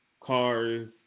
cars